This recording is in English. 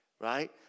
Right